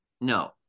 No